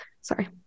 Sorry